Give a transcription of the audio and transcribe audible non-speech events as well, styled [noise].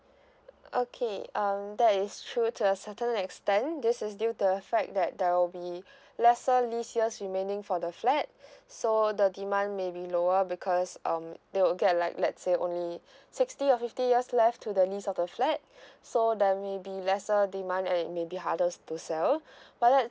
[breath] okay um that is true to a certain extent this is due to the fact that there will be [breath] lesser lease years remaining for the flat [breath] so the demand maybe lower because um they will get like let's say only [breath] sixty or fifty years left to the lease of the flat [breath] so then maybe lesser demand and maybe harder to sell [breath] but let's